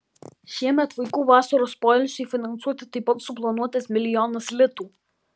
šiemet vaikų vasaros poilsiui finansuoti taip pat suplanuotas milijonas litų